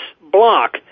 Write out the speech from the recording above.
Block